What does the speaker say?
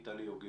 את טלי יוגב.